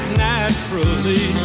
naturally